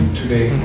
today